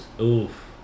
Oof